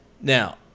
Now